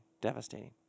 devastating